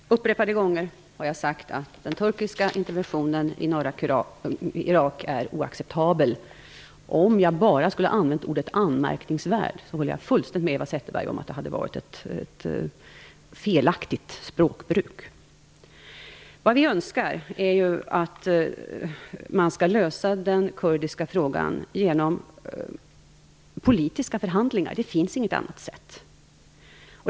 Herr talman! Upprepade gånger har jag sagt att den turkiska interventionen i norra Irak är oacceptabel. Om jag bara hade använt ordet anmärkningsvärd skulle det, där håller jag fullständigt med Eva Zetterberg, ha varit ett felaktigt språkbruk. Vi önskar att man löser den kurdiska frågan genom politiska förhandlingar. Det finns inget annat sätt.